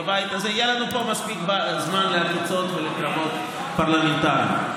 בבית הזה יהיה לנו מספיק זמן לעקיצות ולקרבות פרלמנטריים.